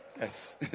yes